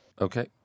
Okay